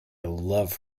love